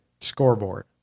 scoreboard